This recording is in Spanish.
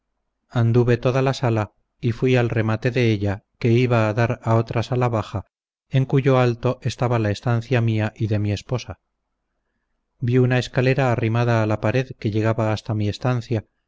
anduve toda la sala y fui al remate de ella que iba a dar a otra sala baja en cuyo alto estaba la estancia mía y de mi esposa vi una escalera arrimada a la pared que llegaba hasta mi estancia